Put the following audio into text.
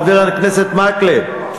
חבר הכנסת מקלב.